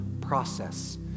process